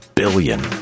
billion